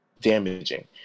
damaging